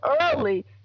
early